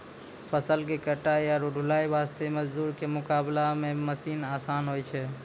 फसल के कटाई आरो ढुलाई वास्त मजदूर के मुकाबला मॅ मशीन आसान होय छै